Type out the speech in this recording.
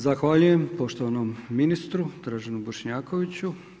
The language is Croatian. Zahvaljujem poštovanom ministru, Draženu Bošnjakoviću.